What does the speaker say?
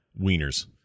wieners